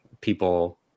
people